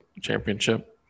Championship